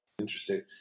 Interesting